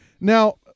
Now